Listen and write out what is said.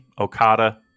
Okada